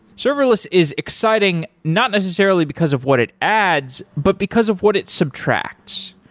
serverless is exciting not necessarily because of what it adds, but because of what it subtracts.